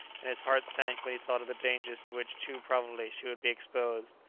and his heart sank when he thought of the dangers to which too probably she would be exposed.